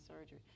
surgery